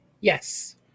Yes